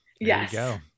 Yes